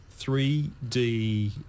3D